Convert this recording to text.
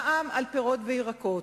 מע"מ על פירות וירקות: